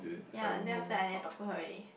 ya and then after that I never talk to her already